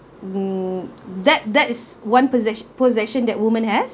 mm that that's one possession possession that woman has